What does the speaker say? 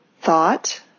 thought